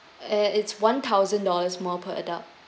uh it's one thousand dollars more per adult